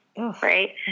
Right